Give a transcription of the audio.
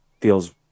feels